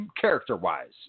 character-wise